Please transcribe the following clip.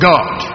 God